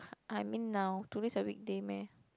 I mean now today's a weekday meh